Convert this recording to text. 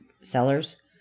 sellers